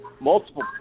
multiple